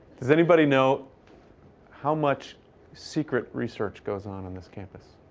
does anybody know how much secret research goes on on this campus?